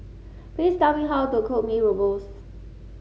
please tell me how to cook Mee Rebus